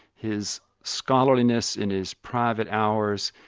his scholarliness in his private hours,